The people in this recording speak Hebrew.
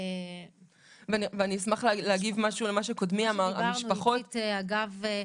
אני אשמח להגיב למה שקודמי אמר, אי